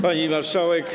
Pani Marszałek!